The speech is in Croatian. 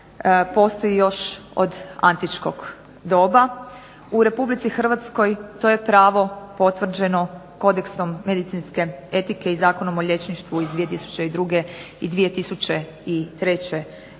postoji još od antičkog doba. U RH to je pravo potvrđeno Kodeksom medicinske etike i Zakonom o liječništvu iz 2002. i 2003. godine.